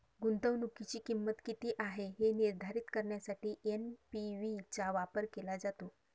गुंतवणुकीची किंमत किती आहे हे निर्धारित करण्यासाठी एन.पी.वी चा वापर केला जातो